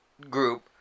group